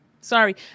Sorry